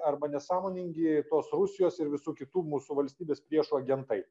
arba nesąmoningi tos rusijos ir visų kitų mūsų valstybės priešų agentai